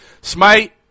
Smite